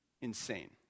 insane